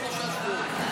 תוך שלושה שבועות.